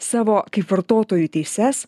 savo kaip vartotojų teises